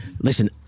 Listen